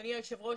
אדוני היושב-ראש,